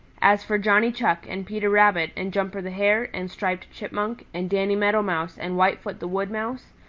as for johnny chuck and peter rabbit and jumper the hare and striped chipmunk and danny meadow mouse and whitefoot the wood mouse,